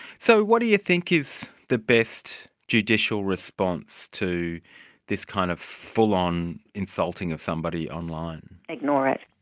so what do you think is the best judicial response to this kind of full-on insulting of somebody online? ignore it.